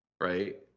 right